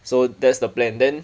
so that's the plan then